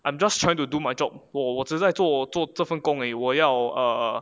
I'm just trying to do my job 我我只在做这份工而已我要 err